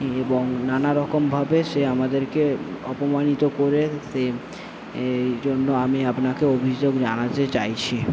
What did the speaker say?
এবং নানারকমভাবে সে আমাদেরকে অপমানিত করে এইজন্য আমি আপনাকে অভিযোগ জানাতে চাইছি